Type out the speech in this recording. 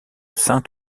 saint